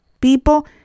People